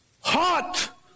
Hot